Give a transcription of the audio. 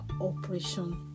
Operation